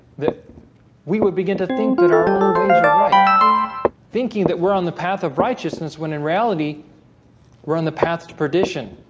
that we would begin to think that our own ways are right thinking that we're on the path of righteousness when in reality were on the path to perdition